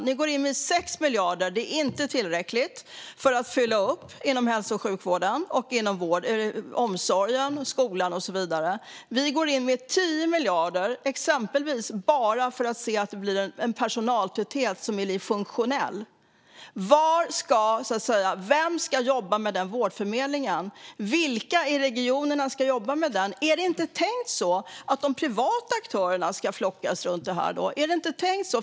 Ni går in med 6 miljarder, och det är inte tillräckligt för att fylla upp inom hälso och sjukvård, omsorg, skola och så vidare. Vi går exempelvis in med 10 miljarder bara för att få en funktionell personaltäthet. Vem ska jobba med er vårdförmedling? Vilka i regionerna ska jobba med den? Är det inte tänkt så att de privata aktörerna ska flockas runt detta?